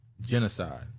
genocide